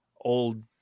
old